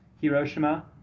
Hiroshima